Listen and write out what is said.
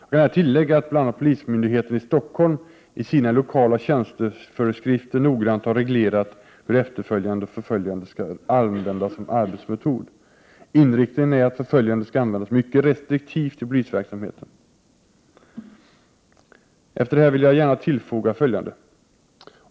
Jag kan här tillägga att bl.a. polismyndigheten i Stockholm i sina lokala tjänsteföreskrifter noggrant har reglerat hur efterföljande och förföljande skall användas som arbetsmetod. Inriktningen är att förföljande skall användas mycket restriktivt i polisverksamheten. Efter det jag nu har sagt vill jag gärna tillfoga följande.